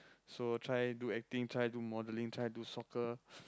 so try do acting try do modelling try do soccer